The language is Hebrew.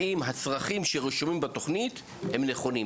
האם הצרכים שרשומים בתוכנית הם נכונים.